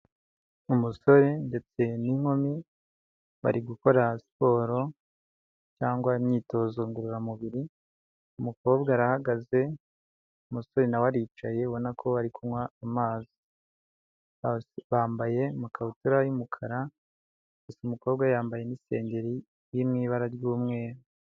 Umusore ndetse n'inkumi bari gukora siporo cyangwa imyitozo ngororamubiri, umukobwa arahagaze umusore nawe aricaye ubona ko bari kunywa amazi bambaye amakabutura y'umukara gusa umukobwa we yambaye n'isengeri iri mu ibara ry'umweru.